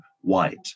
white